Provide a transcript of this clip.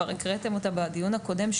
שכבר הקראתם בדיון הקודם,